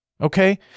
Okay